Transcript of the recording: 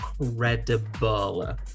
incredible